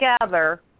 together